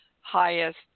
highest